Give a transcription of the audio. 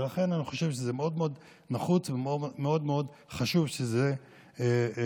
ולכן אני חושב שזה מאוד מאוד נחוץ ומאוד מאוד חשוב שזה יחוקק.